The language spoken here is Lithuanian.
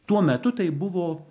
tuo metu tai buvo